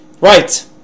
Right